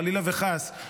חלילה וחס,